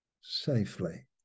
safely